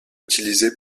utilisés